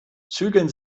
zügeln